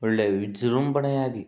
ಒಳ್ಳೆಯ ವಿಜೃಂಭಣೆಯಾಗಿ